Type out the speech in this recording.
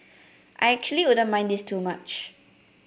I actually wouldn't mind this too much